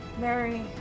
Mary